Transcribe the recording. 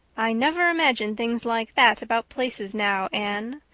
i never imagine things like that about places now, anne.